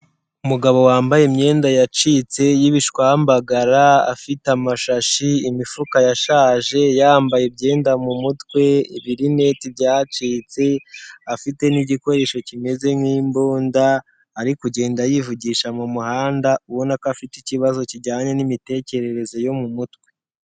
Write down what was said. Umugabo wambaye imyenda yacitse y'ibishwambagara, afite amashashi, imifuka yashaje, yambaye imyenda mu mutwe, ibirineti byacitse afite n'igikoresho kimeze nk'imbunda, ari kugenda yivugisha mu muhanda ubona ko afite ikibazo kijyanye n'imitekerereze yo mu mutwe.